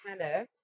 Hannah